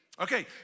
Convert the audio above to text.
Okay